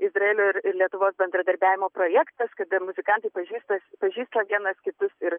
izraelio ir lietuvos bendradarbiavimo projektas kada muzikantai pažįsta pažįsta vienas kitus ir